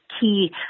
key